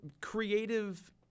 creative